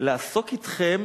לעסוק אתכם